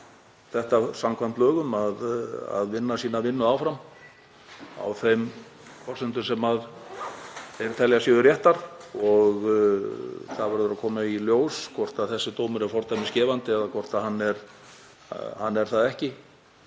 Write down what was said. þetta samkvæmt lögum og vinna sína vinnu áfram á þeim forsendum sem þeir telja að séu réttar. Það verður að koma í ljós hvort þessi dómur er fordæmisgefandi eða hvort hann er það ekki.